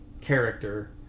character